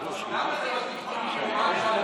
חברים.